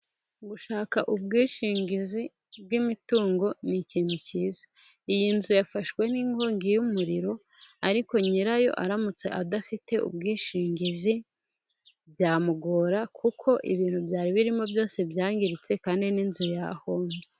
Gushaka ubwishingizi bw'imitungo ni ikintu cyiza. iyo nzu yafashwe n'inkongi y'umuriro. ariko nyirayo aramutse adafite ubwishingizi byamugora, kuko ibintu byari birimo byose byangiritse kandi n'inzu yahomotse.